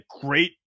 great